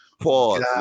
Pause